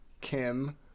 Kim